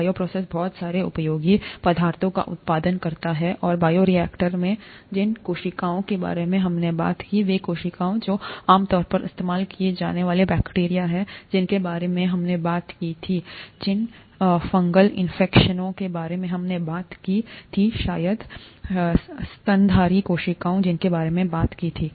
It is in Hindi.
बायोप्रोसेस बहुत सारे उपयोगी पदार्थों का उत्पादन करता है और बायोरिएक्टर में जिन कोशिकाओं के बारे में हमने बात की है वे कोशिकाएं जो आमतौर पर इस्तेमाल किए जाने वाले बैक्टीरिया हैं जिनके बारे में हमने बात की थी जिन फंगल कोशिकाओं के बारे में हमने बात की थी शायद स्तनधारी कोशिकाएं जिनके बारे में बात की थी